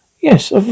yes